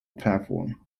platform